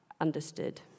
understood